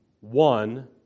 one